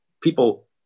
people